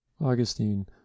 Augustine